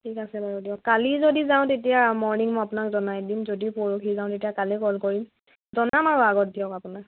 ঠিক আছে বাৰু দিয়ক কালি যদি যাওঁ তেতিয়া মৰ্ণিং মই আপোনাক জনাই দিম যদি পৰহি যাওঁ তেতিয়া কালি কল কৰিম জনাম আৰু আগত দিয়ক আপোনাক